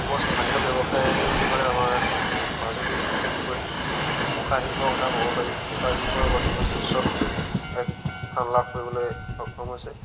অসমৰ স্থানীয় ব্যৱসায় বুলি ক'লে আমাৰ মাজুলীত বিশেষকৈ মুখাশিল্পৰ কথা ক'ব পাৰি মুখা শিল্পই বৰ্তমান দৃশ্যত এক স্থান লাভ কৰিবলৈ সক্ষম হৈছে